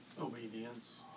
Obedience